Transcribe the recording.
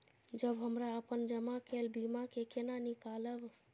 जब हमरा अपन जमा केल बीमा के केना निकालब?